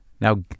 Now